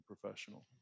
professional